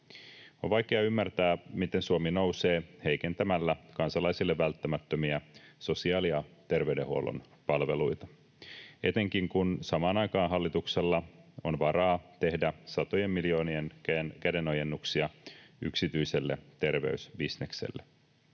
On vaikea ymmärtää, miten Suomi nousee heikentämällä kansalaisille välttämättömiä sosiaali- ja terveydenhuollon palveluita. Etenkin kun samaan aikaan hallituksella on varaa tehdä satojen miljoonien kädenojennuksia yksityiselle terveysbisnekselle.